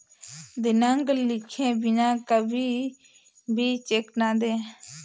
दिनांक लिखे बिना कभी भी चेक न दें